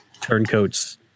turncoats